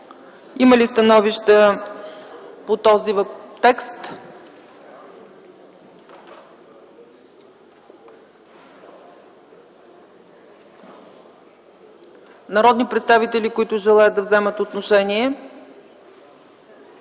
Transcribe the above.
Има ли становища по този текст? Има ли народни представители, които желаят да вземат отношение?